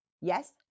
Yes